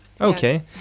Okay